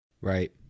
Right